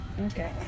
Okay